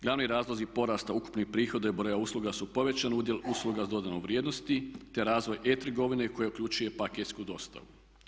Glavni razlozi porasta ukupnih prihoda i broja usluga su povećani udjel usluga sa dodanom vrijednosti te razvoj e-trgovine koja uključuje paketsku dostavu.